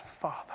Father